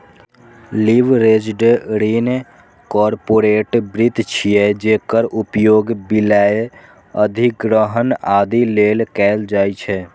leveraged ऋण corporate वित्त छियै, जेकर उपयोग विलय, अधिग्रहण, आदि लेल कैल जाइ छै